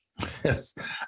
Yes